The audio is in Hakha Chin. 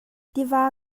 tiva